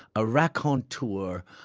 a raconteur.